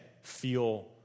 feel